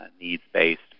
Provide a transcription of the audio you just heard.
needs-based